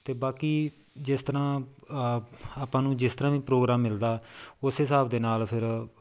ਅਤੇ ਬਾਕੀ ਜਿਸ ਤਰ੍ਹਾਂ ਆਪਾਂ ਨੂੰ ਜਿਸ ਤਰ੍ਹਾਂ ਵੀ ਪ੍ਰੋਗਰਾਮ ਮਿਲਦਾ ਉਸ ਹਿਸਾਬ ਦੇ ਨਾਲ ਫਿਰ